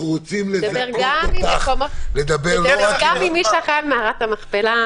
נדבר גם עם מי שאחראי על מערת המכפלה,